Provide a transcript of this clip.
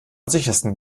sichersten